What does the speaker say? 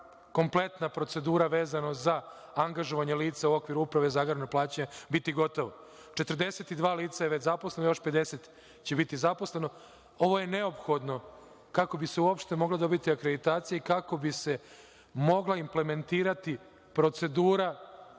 kompletna procedura, vezano za angažovanje lica u okviru Uprave za agrarna plaćanja, biti gotova, 42 lica je već zaposleno i još 50 će biti zaposleno. Ovo je neophodno kako bi se uopšte mogla dobiti akreditacija i kako bi se mogla implementirati procedura,